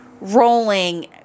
rolling